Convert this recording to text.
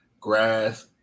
Grass